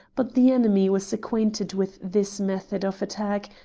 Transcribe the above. but the enemy was acquainted with this method of attack,